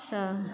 सभ